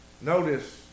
notice